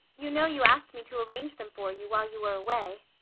you know you asked me to arrange them for you while you were away.